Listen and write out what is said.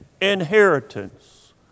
inheritance